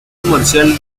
comercial